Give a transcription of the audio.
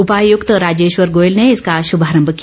उपायुक्त राजेश्वर गोयल ने इसका शुभारम्भ किया